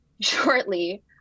shortly